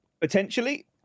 Potentially